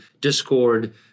Discord